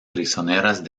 prisioneras